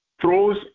throws